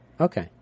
Okay